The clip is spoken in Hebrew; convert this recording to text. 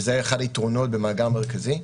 וזה אחד היתרונות במאגר מרכזי,